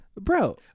bro